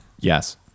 Yes